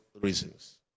reasons